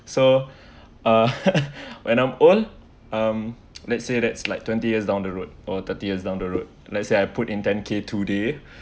so uh when I'm old um let's say that's like twenty years down the road or thirty years down the road let's say I put in ten k today